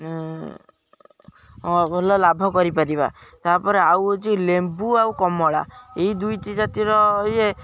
ଭଲ ଲାଭ କରିପାରିବା ତା'ପରେ ଆଉ ହଉଛି ଲେମ୍ବୁ ଆଉ କମଳା ଏଇ ଦୁଇଟି ଜାତିର ଇଏ